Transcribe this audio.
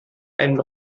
einen